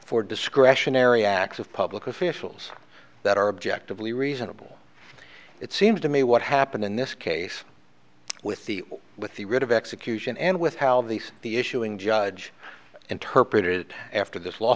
for discretionary acts of public officials that are objective lee reasonable it seems to me what happened in this case with the with the writ of execution and with how these the issuing judge interpreted after this